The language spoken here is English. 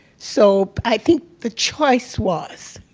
so, i think the choice was,